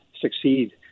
succeed